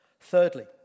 Thirdly